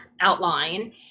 outline